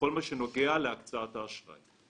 בכל מה שנוגע להקצאת האשראי.